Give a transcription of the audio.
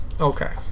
Okay